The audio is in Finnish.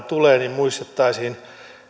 tulee niin muistettaisiin